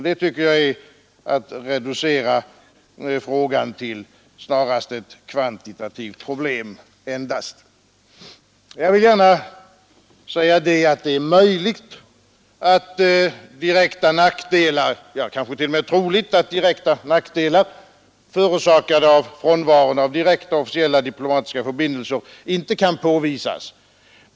Det tycker jag är att reducera frågan till ett kvantitativt problem. Det är möjligt kanske t.o.m. troligt att direkta nackdelar, förorsakade av frånvaron av officiella diplomatiska förbindelser, inte kan påvisas.